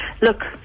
look